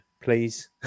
please